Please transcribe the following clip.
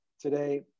today